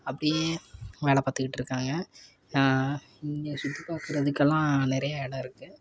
அப்படியே வேலை பார்த்துக்கிட்டு இருக்காங்க இங்கே சுற்றி பார்க்குறதுக்கெல்லாம் நிறைய இடம் இருக்கு